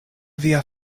via